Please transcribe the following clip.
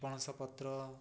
ପଣସ ପତ୍ର